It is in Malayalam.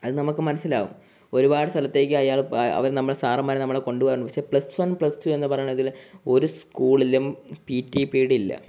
അത് നമുക്ക് മനസ്സിലാകും ഒരുപാട് സ്ഥലത്തേക്ക് അയാൾ അവർ നമ്മളെ സാറന്മാർ കൊണ്ടുപോകാറുണ്ട് പക്ഷേ പ്ലസ് വൺ പ്ലസ് ടു എന്നു പറയണത്തിൽ ഒരു സ്കൂളിലും പി ടി പിരീഡ് ഇല്ല